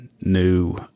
new